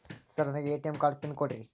Sir ನನಗೆ ATM card pin ಕೊಡ್ರಿ?